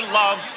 love